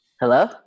Hello